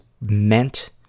meant